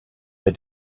that